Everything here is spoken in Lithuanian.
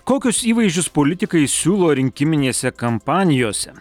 kokius įvaizdžius politikai siūlo rinkiminėse kampanijose